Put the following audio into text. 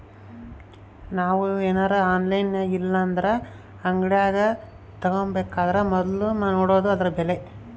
ನಾವು ಏನರ ಆನ್ಲೈನಿನಾಗಇಲ್ಲಂದ್ರ ಅಂಗಡ್ಯಾಗ ತಾಬಕಂದರ ಮೊದ್ಲು ನೋಡಾದು ಅದುರ ಬೆಲೆ